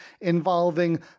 involving